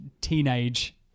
teenage